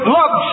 love